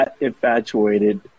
infatuated